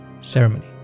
ceremony